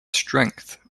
strength